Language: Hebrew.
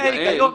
זה ההיגיון.